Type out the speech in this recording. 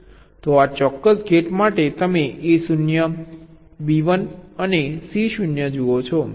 તો આ ચોક્કસ ગેટ માટે તમે a 0 b 1 અને c 0 જુઓ છો